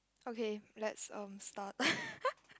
okay let's um start